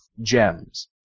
gems